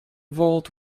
vault